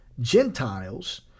Gentiles